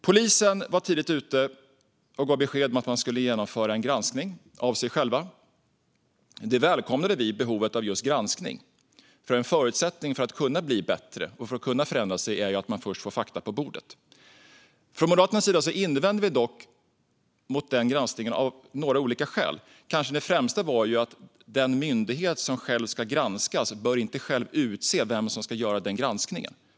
Polisen var tidigt ute och gav besked om att man skulle genomföra en granskning av sig själv. Det välkomnade vi med tanke på behovet av just granskning, för en förutsättning för att man ska kunna förändras och bli bättre är att man först får fakta på bordet. Från Moderaternas sida invände vi dock mot denna granskning av några olika skäl. Kanske det främsta var detta: Den myndighet som ska granskas bör inte själv utse vem som ska göra granskningen.